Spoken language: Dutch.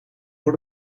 door